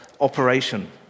operation